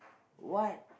what